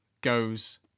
goes